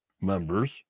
members